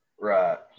right